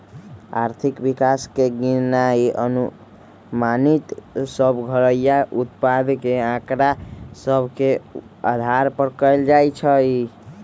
आर्थिक विकास के गिननाइ अनुमानित सभ घरइया उत्पाद के आकड़ा सभ के अधार पर कएल जाइ छइ